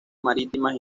marítimas